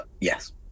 yes